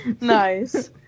Nice